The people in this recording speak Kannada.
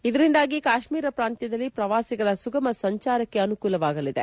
ಇದರಿಂದಾಗಿ ಕಾಶ್ಮೀರ ಪ್ರಾಂತ್ಯದಲ್ಲಿ ಪ್ರವಾಸಿಗರ ಸುಗಮ ಸಂಚಾರಕ್ಕೆ ಅನುಕೂಲವಾಗಲಿದೆ